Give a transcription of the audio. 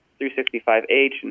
365H